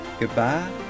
goodbye